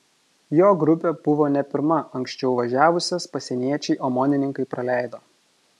jo grupė buvo ne pirma anksčiau važiavusias pasieniečiai omonininkai praleido